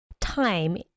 time